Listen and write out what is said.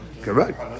Correct